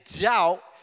doubt